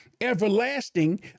Everlasting